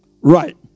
right